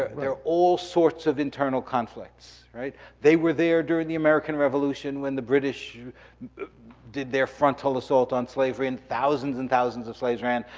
ah there are all sorts of internal conflicts. they were there during the american revolution when the british did their frontal assault on slavery, and thousands and thousands of slaves ran.